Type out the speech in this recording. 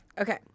Okay